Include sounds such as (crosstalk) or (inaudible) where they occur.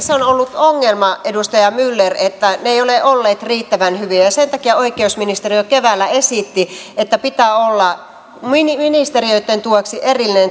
(unintelligible) se on ollut ongelma edustaja myller että ne eivät ole olleet riittävän hyviä ja sen takia oikeusministeriö keväällä esitti että pitää olla ministeriöitten tueksi